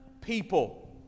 people